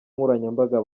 nkoranyambaga